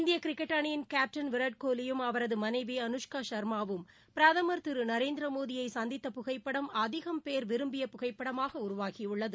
இந்திய கிரிக்கெட் அணியின் கேப்டன் வீராட் கோலியும் அவரது மனைவி அனுஷ்கா சர்மாவும் பிரதுர் திரு நரேந்திர மோடியை சந்தித்த புகைப்படம் அதிகம் பேர் விரும்பிய புகைப்படமாக உருவாகியுள்ளது